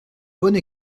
bonne